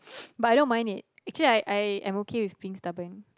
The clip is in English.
but I know mine is actually I I I'm okay with being stubborn